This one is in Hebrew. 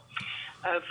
שלום.